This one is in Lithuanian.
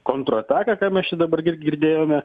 kontra ataką ką mes čia dabar ir girdėjome